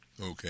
Okay